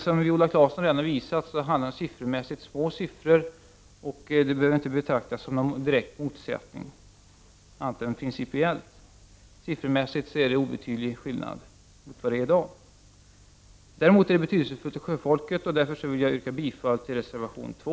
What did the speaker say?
Som Viola Claesson redan har sagt handlar det om små summor, och det behöver inte betraktas som någon direkt motsättning, annat än principiellt. Siffermässigt blir skillnaden obetydlig jämfört med i dag. Däremot är det betydelsefullt för sjöfolket. Därför vill jag yrka bifall till reservation 2.